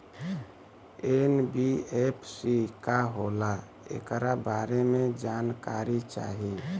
NBFC का होला ऐकरा बारे मे जानकारी चाही?